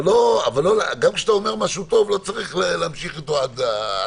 גם כשאתה אומר משהו טוב לא צריך להמשיך אתו עד הסוף.